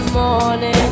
morning